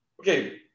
Okay